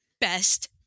best